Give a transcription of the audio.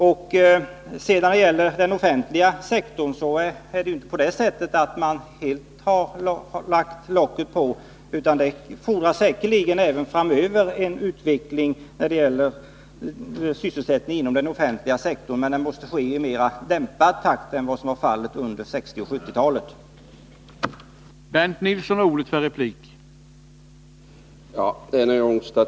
Slutligen beträffande den offentliga sektorn: Det är inte så att man helt har lagt locket på, utan det fordras även framöver en utveckling av sysselsättningen inom den offentliga sektorn — men den måste ske i mer dämpad takt än vad som var fallet under 1960 och 1970-talen.